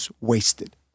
wasted